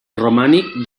romànic